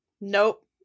Nope